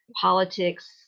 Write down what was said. politics